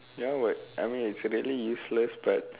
ya what I mean it's really useless but